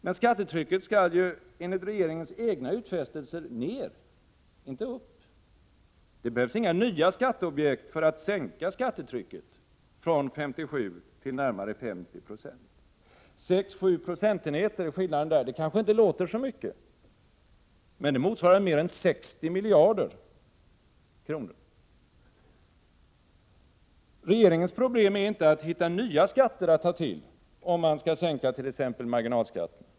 Men skattetrycket skall ju enligt regeringens egna utfästelser ner — inte upp. Det behövs inga nya skatteobjekt för att sänka skattetrycket från 57 till närmare 50 26. 6—7 procentenheter kanske inte låter så mycket, men det motsvarar mer än 60 miljarder kronor. Regeringens problem är inte att hitta nya skatter att ta till om man skall sänka t.ex. marginalskatterna.